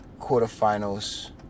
quarterfinals